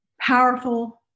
powerful